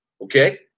okay